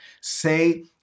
Say